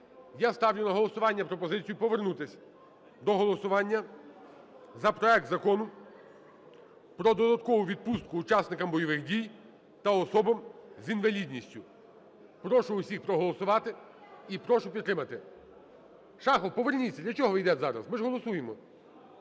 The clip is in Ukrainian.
Я ставлю на голосування пропозицію повернутись до голосування за проект Закону про додаткову відпустку учасникам бойових дій та особам з інвалідністю. Прошу усіх проголосувати і прошу підтримати. Шахов, поверніться! Для чого ви йдете зараз, ми ж голосуємо?